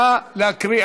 נא להקריא.